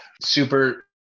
Super